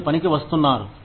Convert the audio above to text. మీరు పనికి వస్తున్నారు